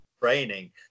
training